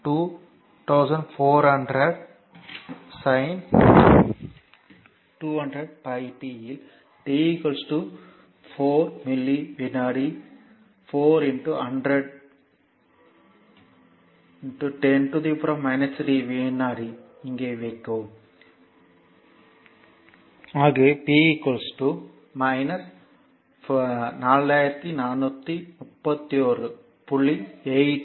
2400πsin 200πt இல் t 4 milli விநாடி 4 10 3 வினாடி இங்கே வைக்கவும் t 4 10 3 இங்கே வைக்கவும் அது p 4431